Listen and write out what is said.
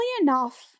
enough